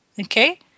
okay